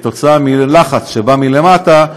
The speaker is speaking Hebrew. בזכות לחץ שבא מלמטה,